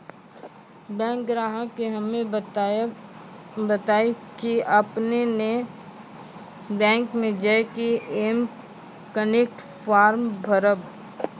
bank ग्राहक के हम्मे बतायब की आपने ने बैंक मे J K M connect form भरबऽ